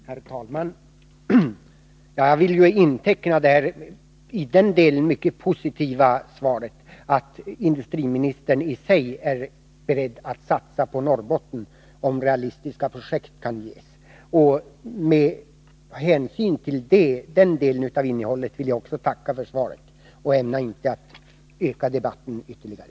Herr talman! Jag vill notera det positiva i att industriministern är beredd att satsa på Norrbotten, om realistiska projekt kan komma fram. Med hänsyn till den delen av innehållet vill jag också tacka för svaret. Jag ämnar inte utöka debatten ytterligare.